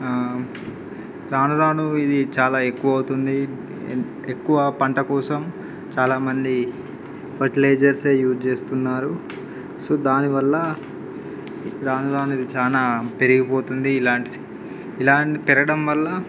రానురాను ఇది చాలా ఎక్కువ అవుతుంది ఎం ఎక్కువ పంట కోసం చాలామంది ఫెర్టిలైజర్సే యూజ్ చేస్తున్నారు సో దానివల్ల రానురాను ఇది చాకా పెరిగిపోతుంది ఇలాంటి స్ ఇలాంటి పెరగడం వల్ల